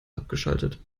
abgeschaltet